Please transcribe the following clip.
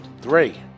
Three